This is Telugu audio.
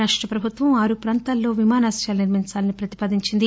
రాష్టప్రభుత్వం ఆరు ప్రాంతాల్లో విమానాశ్రయాలు నిర్మించాలని ప్రతిపాదించింది